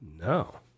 No